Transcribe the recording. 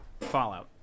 fallout